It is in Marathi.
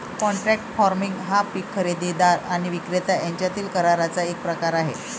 कॉन्ट्रॅक्ट फार्मिंग हा पीक खरेदीदार आणि विक्रेता यांच्यातील कराराचा एक प्रकार आहे